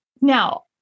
Now